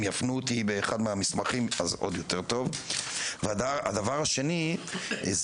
אם יפנו אותי לאחד מהמסמכים אז עוד יותר טוב והדבר השני זה